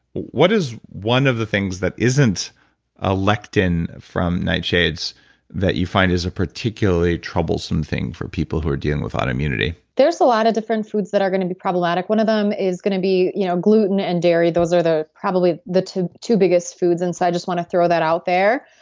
what is one of the things that isn't a lectin from nightshades that you find is a particularly troublesome thing for people who are dealing with autoimmunity? there's a lot of different foods that are going to be problematic. one of them is going to be you know gluten and dairy. those are probably the two two biggest foods. and so i just want to throw that out there.